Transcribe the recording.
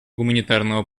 гуманитарного